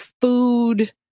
food